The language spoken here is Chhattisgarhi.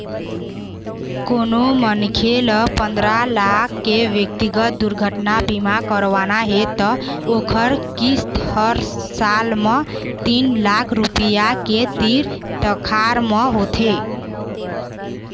कोनो मनखे ल पंदरा लाख के ब्यक्तिगत दुरघटना बीमा करवाना हे त ओखर किस्त ह साल म तीन लाख रूपिया के तीर तखार म होथे